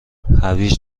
هویج